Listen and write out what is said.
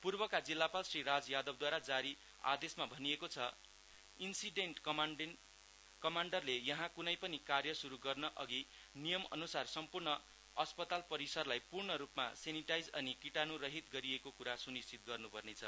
पूर्वका जिल्लापाल श्री राज यादवद्वारा जारी आदेशमा भनिएको छ इनसिडेन्ट कमाण्डरले यहाँ क्नै पनि कार्यशुरु गर्न अनि नियम अनुसार सम्पूर्ण अस्पताल परिसरलाई पूर्ण रूपमा सेनिटाइज अनि किटाणु रहीत गरिएको कुरा सुनिश्चित गर्नुपर्नेछ